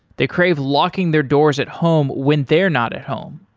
they crave locking their doors at home when they're not at home.